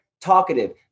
talkative